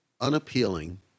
unappealing